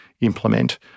implement